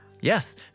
Yes